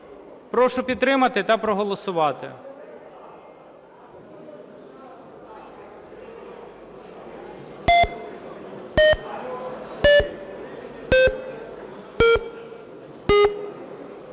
Прошу підтримати та проголосувати.